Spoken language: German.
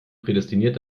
prädestiniert